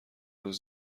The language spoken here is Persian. روز